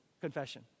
Confession